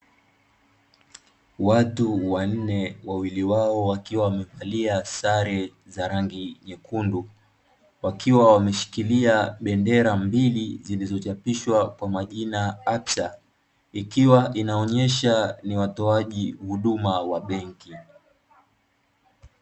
Watu wanne, wawili wao wakiwa wamevalia sare za rangi nyekundu, wakiwa wameshikilia bendera mbili zilizochapishwa kwa majina "absa", ikiwa inaonyesha ni watoaji huduma wa benki.